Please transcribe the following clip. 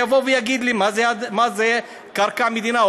שיגיד לי מה זה קרקע מדינה,